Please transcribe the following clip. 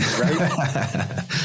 Right